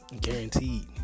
Guaranteed